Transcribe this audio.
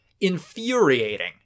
infuriating